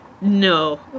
no